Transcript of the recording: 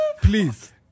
Please